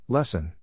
Lesson